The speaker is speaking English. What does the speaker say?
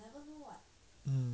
mm